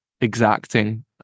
exacting